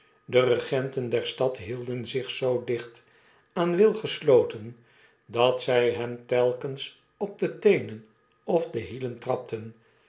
de regenten der stad hielden zich zoo dicht aan will gesloten dat zij hem telkens op de teenen of de hielen trapten